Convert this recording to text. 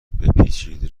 بپیچید